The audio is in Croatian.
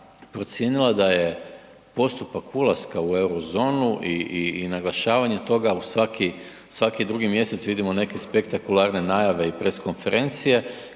procijenila da je postupak ulaska u euro zonu i naglašavanje toga u svaki drugi mjesec vidimo neke spektakularne najave i press konferencije